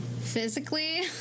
physically